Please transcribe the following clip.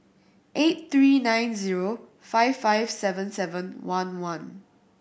eight three nine zero five five seven seven one one